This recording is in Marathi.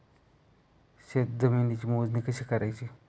शेत जमिनीची मोजणी कशी करायची?